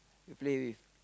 to play with